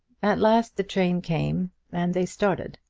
at last the train came and they started.